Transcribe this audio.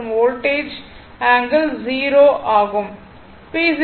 மற்றும் voltage angle 0 ஆகும்